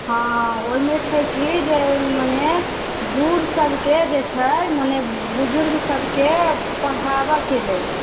हँ ओहिमे छै कि जे मने बूढ़ सभके जे छै मने बुजुर्ग सबके पढ़ाबैके लेल